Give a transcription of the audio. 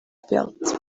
fields